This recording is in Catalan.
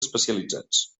especialitzats